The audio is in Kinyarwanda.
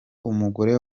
umugore